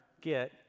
get